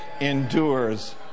endures